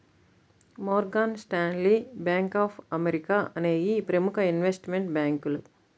Morgan Stanley, bank of America అనేయ్యి ప్రముఖ investment బ్యేంకులు